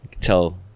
tell